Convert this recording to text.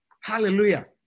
Hallelujah